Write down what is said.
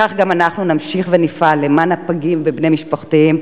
כך גם אנחנו נמשיך ונפעל למעל הפגים ובני משפחותיהם,